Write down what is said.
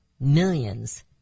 Millions